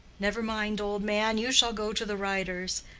never mind, old man you shall go to the riders,